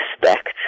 respect